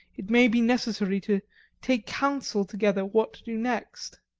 it may be necessary to take counsel together what to do next.